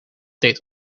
deed